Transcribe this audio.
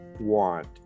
want